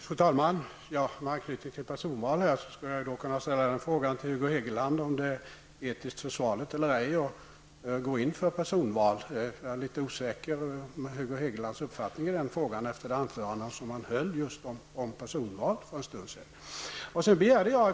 Fru talman! För att anknyta till detta med personval vill jag fråga Hugo Hegeland om det är etiskt försvarligt eller ej att gå in för personval. Jag är litet osäker om Hugo Hegelands uppfattning i den frågan, efter det anförande om personval som han tidigare höll.